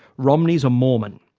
romney's a mormon.